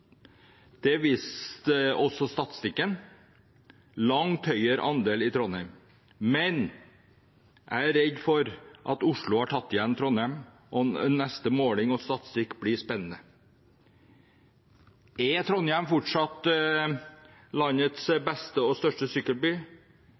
Det viste også statistikken – en langt høyere andel i Trondheim. Men jeg er redd for at Oslo har tatt igjen Trondheim. Neste måling og statistikk blir spennende. Er Trondheim fortsatt landets